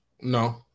No